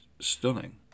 stunning